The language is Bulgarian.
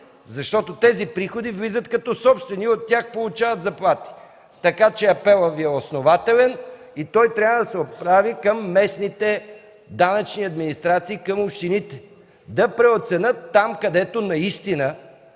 защото тези приходи влизат като собствени и от тях получават заплати. Така че апелът Ви е основателен и той трябва да се отправи към местните данъчни администрации, към общините – да преоценят там, където наистина